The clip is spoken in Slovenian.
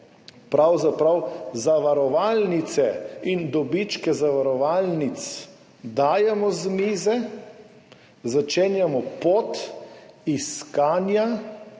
pravzaprav zavarovalnice in dobičke zavarovalnic dajemo z mize, začenjamo pot iskanja